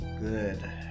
good